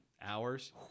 hours